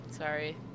Sorry